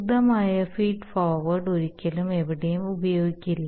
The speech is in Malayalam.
ശുദ്ധമായ ഫീഡ് ഫോർവേർഡ് ഒരിക്കലും എവിടെയും ഉപയോഗിക്കില്ല